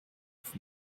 auf